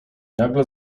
nagle